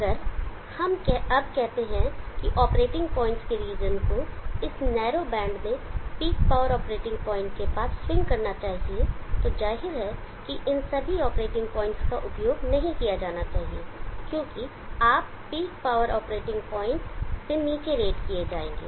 अगर हम अब कहते हैं कि ऑपरेटिंग पॉइंट्स के रीजन को इस नेरो बैंड में पीक पॉवर ऑपरेटिंग पॉइंट के पास स्विंग करना चाहिए तो जाहिर है कि इन सभी ऑपरेटिंग पॉइंट्स का उपयोग नहीं किया जाना चाहिए क्योंकि आप पीक पॉवर ऑपरेटिंग पॉइंट से नीचे रेट किए जाएंगे